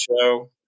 show